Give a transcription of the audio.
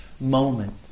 moment